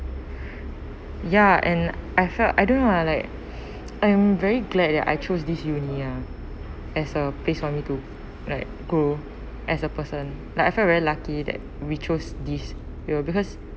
ya and I felt I don't know lah like I'm very glad that I choose this uni ya as a place for me to like grow as a person like I felt very lucky that we chose this we will because